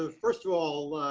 ah first of all,